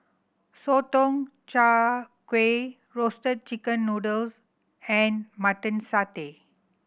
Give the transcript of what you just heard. Sotong Char Kway roasted chicken noodles and Mutton Satay